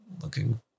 looking